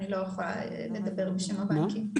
אני לא יכולה לדבר בשם הבנקים.